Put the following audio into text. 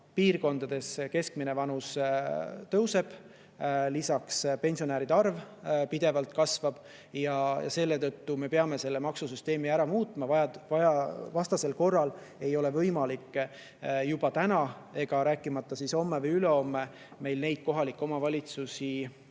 Piirkondades keskmine vanus tõuseb, lisaks pensionäride arv pidevalt kasvab. Selle tõttu me peame maksusüsteemi ära muutma, vastasel korral ei ole võimalik juba täna, rääkimata siis homme või ülehomme, neid kohalikke omavalitsusi kuidagi